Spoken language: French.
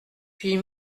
puis